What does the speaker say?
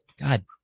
God